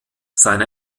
seine